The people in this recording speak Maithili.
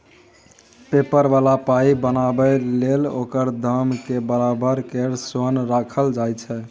पेपर बला पाइ बनाबै लेल ओकर दामक बराबर केर सोन राखल जाइ छै